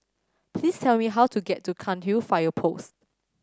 please tell me how to get to Cairnhill Fire Post